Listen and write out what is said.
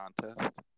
contest